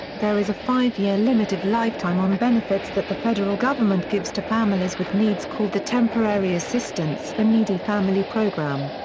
there is a five-year limit of lifetime on benefits that the federal government gives to families with needs called the temporary assistance for needy family program.